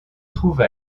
trouve